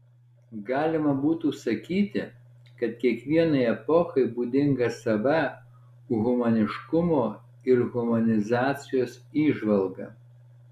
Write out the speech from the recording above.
galima būtų sakyti kad kiekvienai epochai būdinga sava humaniškumo ir humanizacijos įžvalga